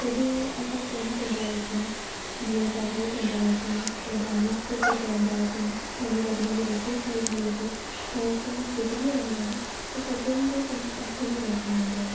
कॾहिं असां कमु कंदा हुजूं जीअं पढ़ाई कंदा हुजूं वॾा न्यूज़पेपर पढ़ंदा हुजनि ममी रंधिणे में रोटी ठाहींदी हुजे ऐं अचानक बिजली हली वञे त सभिनि जो कमु अध में रहिजी वेंदो आहे